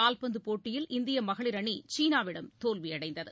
கால்பந்துபோட்டியில் இந்தியமகளிர் அணிசீனாவிடம் தோல்விஅடைந்தது